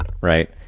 right